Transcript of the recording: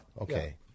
Okay